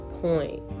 point